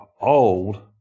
old